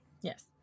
yes